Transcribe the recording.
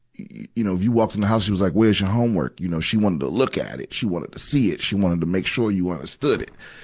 you you know, if you walked in the house and she was like, where's your homework? you know, she wanted to look at it. she wanted to see it. she wanted to make sure you understood it,